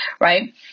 right